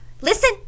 Listen